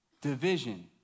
division